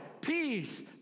peace